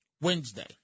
Wednesday